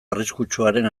arriskutsuaren